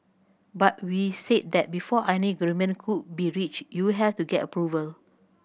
but we said that before any agreement could be reached you have to get approval